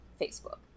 Facebook